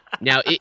Now